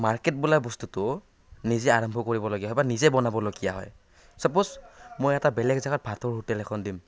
market বোলা বস্তুটো নিজে আৰম্ভ কৰিবলগীয়া হয় বা নিজে বনাবলগীয়া হয় চাপ'জ মই এটা বেলেগ জাগাত ভাতৰ হোটেল এখন দিম